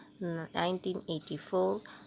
1984